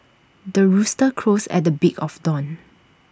the rooster crows at the break of dawn